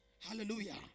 Hallelujah